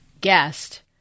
guest